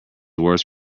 worse